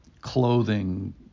clothing